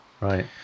Right